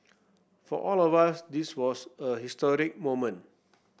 for all of us this was a historic moment